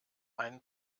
ein